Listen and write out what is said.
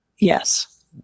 Yes